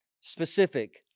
specific